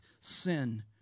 sin